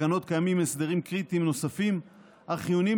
בתקנות קיימים הסדרים קריטיים נוספים החיוניים